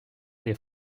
des